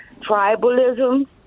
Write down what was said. tribalism